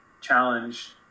challenge